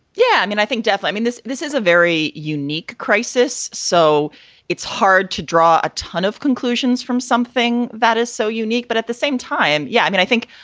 yeah. i mean, i think, jeff, i mean, this this is a very unique crisis, so it's hard to draw a ton of conclusions from something that is so unique. but at the same time. yeah. i mean, i think,